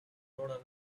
rode